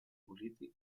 polític